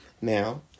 Now